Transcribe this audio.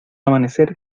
amanecer